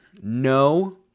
no